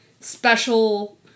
special